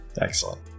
Excellent